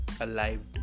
alive